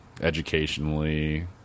educationally